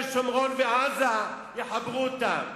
שומרון ועזה יחברו אותם,